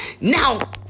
Now